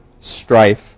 strife